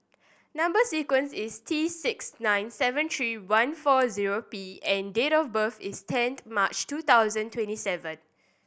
number sequence is T six nine seven three one four zero P and date of birth is tenth March two thousand twenty seven